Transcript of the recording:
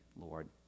Lord